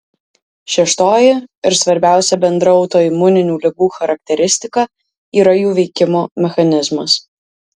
šeštoji ir svarbiausia bendra autoimuninių ligų charakteristika yra jų veikimo mechanizmas